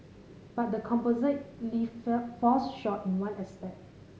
but the composite lift falls short in one aspect